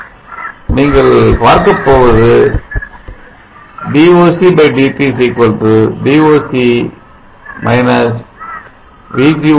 2 நீங்கள் பார்க்கப்போவது dVOC VOC VGO m